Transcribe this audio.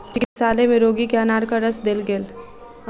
चिकित्सालय में रोगी के अनारक रस देल गेल